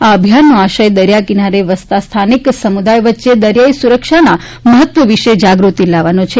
આ અભિયાનનો આશય દરિયાકિનારે વસતા સ્થાનિક સમુદાય વચ્ચે દરિયાઈ સુરક્ષાનાં મહત્ત્વ વિશે જાગ્રતિ લાવવાનો છે